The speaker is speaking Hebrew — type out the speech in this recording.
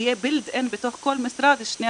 שיהיה בִּילְד אִין בתוך כל משרד נותן